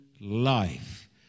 life